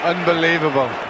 Unbelievable